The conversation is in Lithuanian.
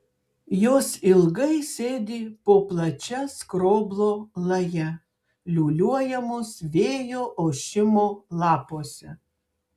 jos ilgai sėdi po plačia skroblo laja liūliuojamos vėjo ošimo lapuose